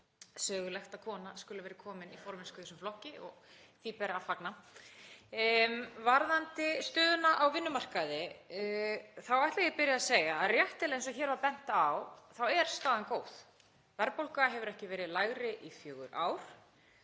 sögulegt að kona skuli vera komin í formennsku í þessum flokki og því ber að fagna. Varðandi stöðuna á vinnumarkaði þá ætla ég að byrja á að segja að réttilega, eins og hér var bent á, er staðan góð. Verðbólga hefur ekki verið lægri í fjögur ár.